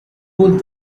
alcohol